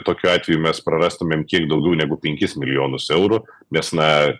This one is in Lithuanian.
tokiu atveju mes prarastumėm kiek daugiau negu penkis milijonus eurų nes na